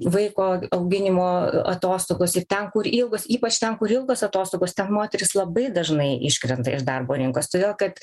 vaiko auginimo atostogos ir ten kur ilgos ypač ten kur ilgos atostogos ten moterys labai dažnai iškrenta iš darbo rinkos todėl kad